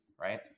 right